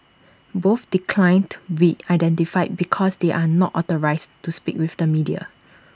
both declined to be identified because they are not authorised to speak with the media